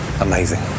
amazing